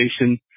station